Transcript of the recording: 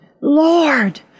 lord